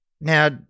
Now